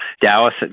Dallas